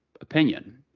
opinion